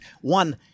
One